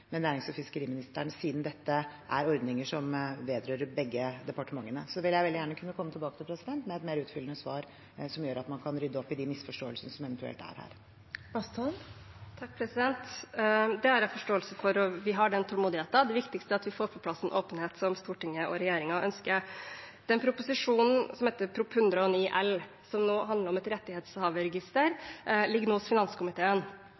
med nærings- og fiskeriministeren, siden dette er ordninger som vedrører begge departementene. Jeg vil veldig gjerne kunne komme tilbake med et mer utfyllende svar, som gjør at man kan rydde opp i de misforståelsene som eventuelt er her. Det har jeg forståelse for, og vi har den tålmodigheten. Det viktigste er at vi får på plass en åpenhet, slik Stortinget og regjeringen ønsker. Prop. 109 L for 2017–2018, som handler om et rettighetshaverregister, ligger nå hos finanskomiteen.